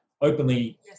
openly